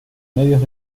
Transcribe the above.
medios